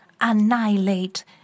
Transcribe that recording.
annihilate